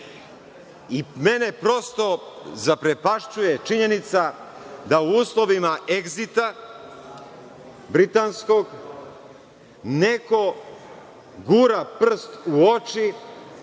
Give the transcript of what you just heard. nešto. Mene prosto zaprepašćuje činjenica da u uslovima egzita britanskog neko gura prst u oči